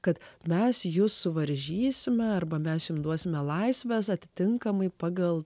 kad mes jus suvaržysime arba mes jums duosime laisves atitinkamai pagal